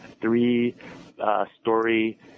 three-story